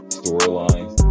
storylines